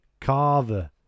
Carver